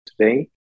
today